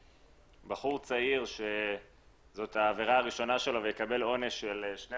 שבחור צעיר שזו העבירה הראשונה שלו ויקבל עונש של 15